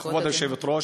כבוד היושבת-ראש,